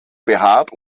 behaart